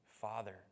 father